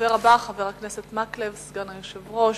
הדובר הבא, חבר הכנסת אורי מקלב, סגן היושב-ראש,